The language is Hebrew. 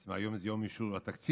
בעצם היום זה יום אישור התקציב,